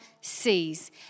sees